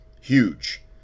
huge